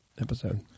episode